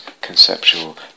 conceptual